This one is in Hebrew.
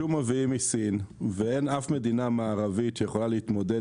שום מביאים מסין ואין אף מדינה מערבית שיכולה להתמודד